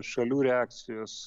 šalių reakcijos